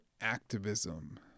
activism